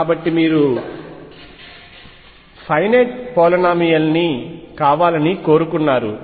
కాబట్టి మీరు finite polynomial కావాలని కోరుకున్నారు